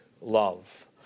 love